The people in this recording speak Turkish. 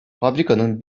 fabrikanın